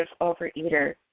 Overeater